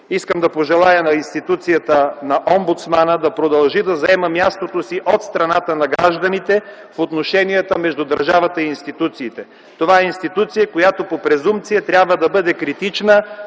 Искам да пожелая на институцията на Омбудсмана да продължи да заема мястото си от страната на гражданите в отношенията между държавата и институциите. Това е институция, която по презумпция трябва да бъде критична